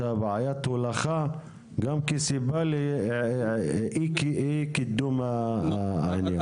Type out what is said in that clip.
בעיית ההולכה גם כסיבה לאי קידום העניין.